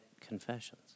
confessions